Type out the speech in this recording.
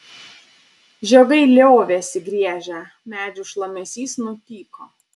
žiogai liovėsi griežę medžių šlamesys nutyko